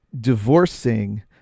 Divorcing